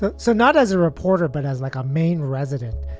but so not as a reporter, but as like a maine resident.